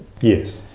Yes